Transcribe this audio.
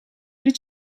did